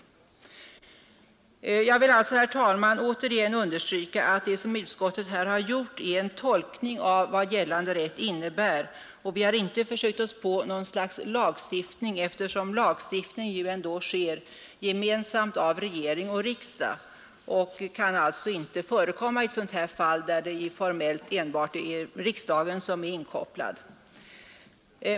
Jag understryker alltså, herr talman, återigen att det som utskottet här har gjort är en tolkning av vad gällande rätt innebär, och vi har inte försökt oss på något slags lagstiftning, eftersom lag ju ändå stiftas gemensamt av regering och riksdag och lagstiftning således inte kan förekomma i ett sådant här fall, där det formellt enbart är riksdagen som är inkopplad.